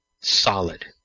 solid